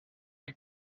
die